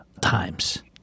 times